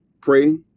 pray